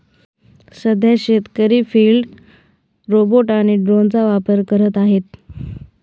सध्या शेतकरी field robot आणि ड्रोनचा वापर करत आहेत